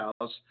House